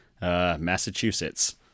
Massachusetts